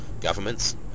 governments